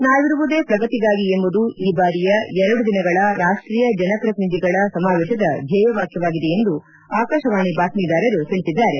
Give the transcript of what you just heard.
ನಾವಿರುವುದೇ ಪ್ರಗತಿಗಾಗಿ ಎಂಬುದು ಈ ಬಾರಿಯ ಎರಡು ದಿನಗಳ ರಾಷ್ವೀಯ ಜನಪ್ರತಿನಿಧಿಗಳ ಸಮಾವೇಶದ ಧ್ಲೇಯ ಘೋಷವಾಗಿದೆ ಎಂದು ಆಕಾಶವಾಣಿ ಬಾತ್ನೀದಾರರು ತಿಳಿಸಿದ್ದಾರೆ